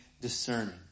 discerning